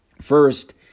First